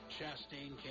Chastain